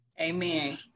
Amen